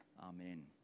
Amen